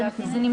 התקרה.